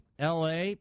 LA